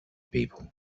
people